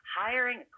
hiring